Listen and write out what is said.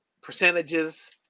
percentages